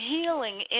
healing